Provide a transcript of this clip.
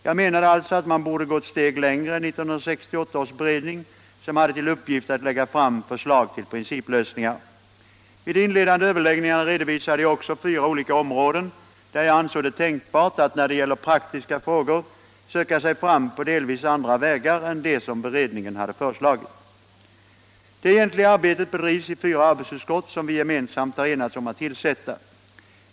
Jag menade alltså att man borde gå ett steg längre än 1968 års beredning, som hade till uppgift att lägga fram förslag till principlösningar. Vid de inledande överläggningarna redovisade jag också fyra olika områden där jag ansåg det tänkbart att i praktiska frågor söka sig fram på delvis andra vägar än de som beredningen hade föreslagit. Det egentliga arbetet bedrivs i fyra arbetsutskott som vi gemensamt har enats om att tillsätta.